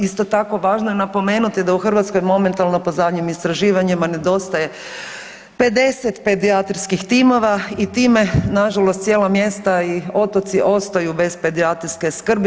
Isto tako važno je napomenuti da u Hrvatskoj momentalno po zadnjim istraživanjima nedostaje 50 pedijatrijskih timova i time na žalost cijela mjesta i otoci ostaju bez pedijatrijske skrbi.